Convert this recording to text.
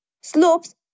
Slopes